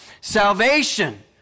Salvation